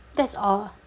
that's all